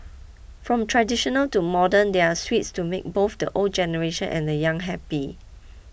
from traditional to modern there are sweets to make both the old generation and the young happy